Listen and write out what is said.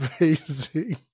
amazing